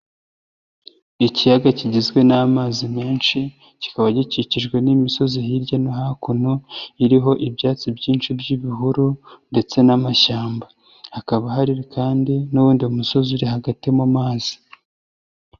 Ikiyaga kigizwe n'amazi menshi, kikaba gikikijwe n'imisozi hirya no hakuno, iriho ibyatsi byinshi by'ibihuru ndetse n'amashyamba. Hakaba hari kandi n'uwundi musozi uri hagati mu mazi.